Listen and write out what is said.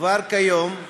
כבר כיום,